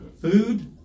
food